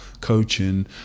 coaching